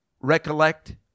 recollect